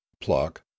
pluck